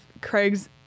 craig's